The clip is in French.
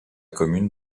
commune